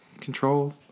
control